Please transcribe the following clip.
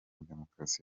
demokarasi